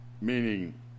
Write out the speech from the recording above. meaning